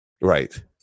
right